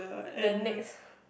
then next